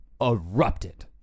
erupted